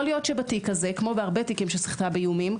יכול להיות שבתיק הזה כמו בהרבה תיקים של סחיטה באיומים,